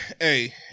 hey